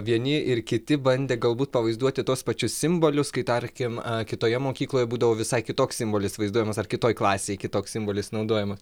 vieni ir kiti bandė galbūt pavaizduoti tuos pačius simbolius kai tarkim kitoje mokykloje būdavo visai kitoks simbolis vaizduojamas ar kitoj klasėj kitoks simbolis naudojamas